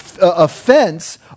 offense